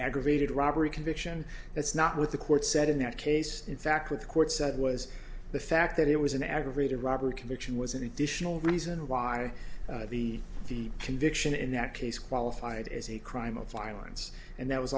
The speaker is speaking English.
aggravated robbery conviction that's not what the court said in that case in fact with the court said was the fact that it was an aggravated robbery conviction was an additional reason why the the conviction in that case qualified as a crime of violence and that was